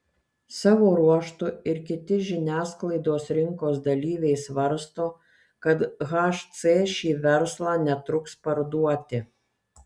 savo ruožtu ir kiti žiniasklaidos rinkos dalyviai svarsto kad hc šį verslą netruks parduoti